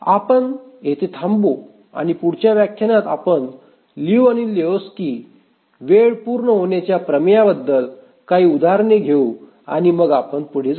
आपण येथे थांबू आणि पुढच्या व्याख्यानात आपण लिऊ आणि लेहोक्स्की वेळ पूर्ण होण्याच्या प्रमेयबद्दल काही उदाहरणे घेऊ आणि मग आपण पुढे जाऊ